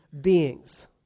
beings